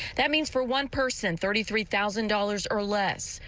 that means for one person, thirty three thousand dollars or less.